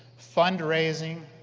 fundraising,